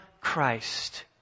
Christ